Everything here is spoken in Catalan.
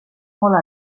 molt